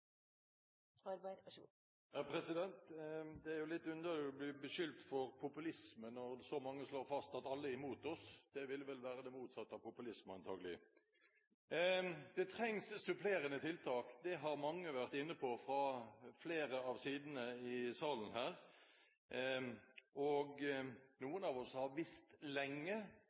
jo litt underlig å bli beskyldt for populisme når så mange slår fast at alle er imot oss. Det er antagelig det motsatte av populisme. Det trengs supplerende tiltak. Det har mange vært inne på fra flere av sidene i salen. Noen av oss har visst lenge